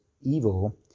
evil